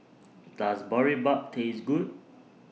Does Boribap Taste Good